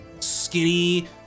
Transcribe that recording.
skinny